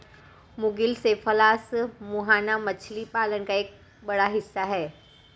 मुगिल सेफालस मुहाना मछली पालन का एक बड़ा हिस्सा है